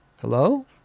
hello